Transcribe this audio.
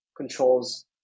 controls